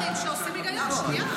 הרבה דברים שעושים היגיון.